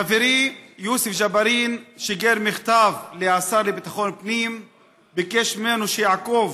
חברי יוסף ג'בארין שיגר מכתב לשר לביטחון פנים וביקש ממנו שיעקוב